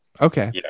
Okay